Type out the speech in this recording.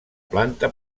planta